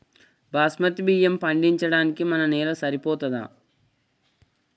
బాస్మతి బియ్యం పండించడానికి మన నేల సరిపోతదా?